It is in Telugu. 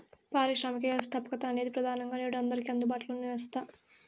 పారిశ్రామిక వ్యవస్థాపకత అనేది ప్రెదానంగా నేడు అందరికీ అందుబాటులో ఉన్న వ్యవస్థ